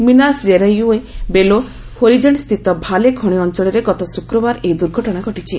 Minas କେରାଇଓ୍ର Belo ହୋରିଜେଣ୍ଟସ୍ଥିତ Vale ଖଣି ଅଞ୍ଚଳରେ ଗତ ଶୁକ୍ରବାର ଏହି ଦୁର୍ଘଟଣା ଘଟିଛି